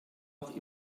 auch